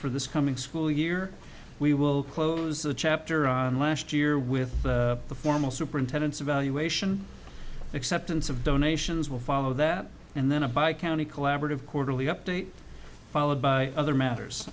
for this coming school year we will close the chapter on last year with the formal superintendent's evaluation acceptance of donations will follow that and then a by county collaborative quarterly update followed by other matters